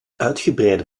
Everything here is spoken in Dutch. uitgebreide